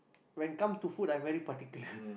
when come to food I very particular